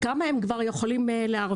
כמה הם כבר יכולים להרוויח?